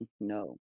no